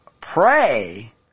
pray